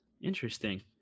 Interesting